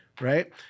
right